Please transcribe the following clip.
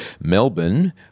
Melbourne